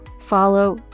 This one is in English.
follow